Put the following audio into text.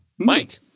Mike